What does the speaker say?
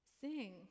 sing